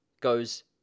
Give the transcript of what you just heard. goes